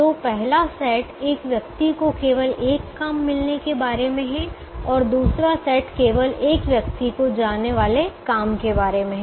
तो पहला सेट एक व्यक्ति को केवल एक काम मिलने के बारे में है और दूसरा सेट केवल एक व्यक्ति को जाने वाले काम के बारे में है